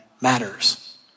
matters